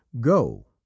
Go